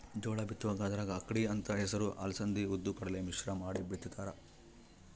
ಜೋಳ ಬಿತ್ತುವಾಗ ಅದರಾಗ ಅಕ್ಕಡಿ ಅಂತ ಹೆಸರು ಅಲಸಂದಿ ಉದ್ದು ಕಡಲೆ ಮಿಶ್ರ ಮಾಡಿ ಬಿತ್ತುತ್ತಾರ